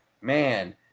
Man